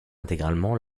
intégralement